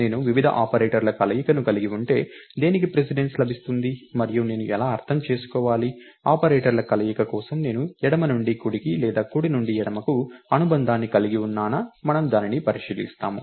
నేను వివిధ ఆపరేటర్ల కలయికను కలిగి ఉంటే దేనికి ప్రిసిడెన్స్ లభిస్తుంది మరియు నేను ఎలా అర్థం చేసుకోవాలి ఆపరేటర్ల కలయిక కోసం నేను ఎడమ నుండి కుడికి లేదా కుడి నుండి ఎడమకు అనుబంధాన్ని కలిగి ఉన్నానా మనము దానిని పరిశీలిస్తాము